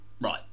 right